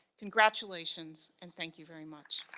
congratulations and thank you very much.